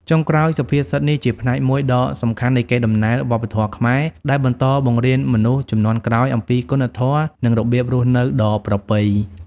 ចុងក្រោយ សុភាសិតនេះជាផ្នែកមួយដ៏សំខាន់នៃកេរដំណែលវប្បធម៌ខ្មែរ ដែលបន្តបង្រៀនមនុស្សជំនាន់ក្រោយអំពីគុណធម៌ និងរបៀបរស់នៅដ៏ប្រពៃ។